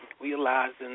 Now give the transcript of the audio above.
Realizing